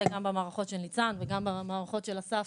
גם במערכות של ניצן וגם במערכות של אסף,